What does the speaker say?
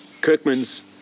Kirkman's